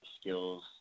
skills